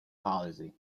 policy